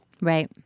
Right